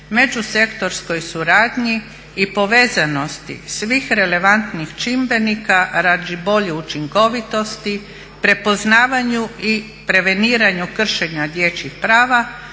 među sektorskoj suradnji i povezanosti svih relevantnih čimbenika radi bolje učinkovitosti, prepoznavanju i preveniranju kršenja dječjih prava.